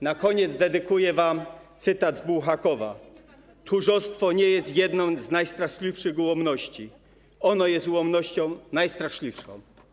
Na koniec dedykuję wam cytat z Bułhakowa: Tchórzostwo nie jest jedną z najstraszliwszych ułomności, ono jest ułomnością najstraszliwszą!